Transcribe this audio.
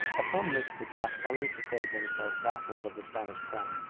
upon this the tlascalans declared themselves vassals of the spanish crown,